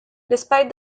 despite